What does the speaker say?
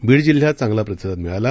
बीड जिल्ह्यात चांगला प्रतिसाद मिळाला